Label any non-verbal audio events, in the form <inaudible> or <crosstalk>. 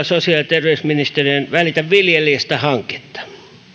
<unintelligible> sosiaali ja terveysministeriön välitä viljelijästä hanketta